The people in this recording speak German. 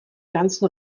ganzen